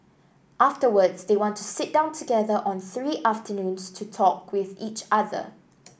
afterwards they want to sit down together on three afternoons to talk with each other